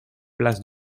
place